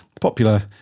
popular